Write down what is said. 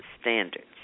standards